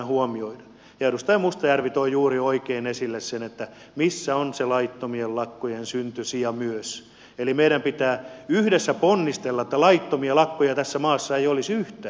ja edustaja mustajärvi toi juuri oikein esille sen missä on se laittomien lakkojen syntysija myös eli meidän pitää yhdessä ponnistella että laittomia lakkoja tässä maassa ei olisi yhtään